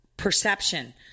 perception